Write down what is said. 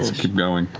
keep going.